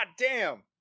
goddamn